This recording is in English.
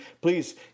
please